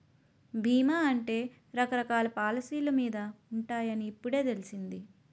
బీమా అంటే రకరకాల పాలసీ మీద ఉంటాయని ఇప్పుడే తెలిసింది